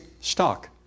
stock